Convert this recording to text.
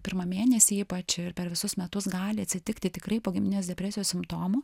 pirmą mėnesį ypač ir per visus metus gali atsitikti tikrai pogimdyminės depresijos simptomų